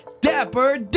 Dapper